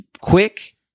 quick